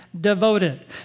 devoted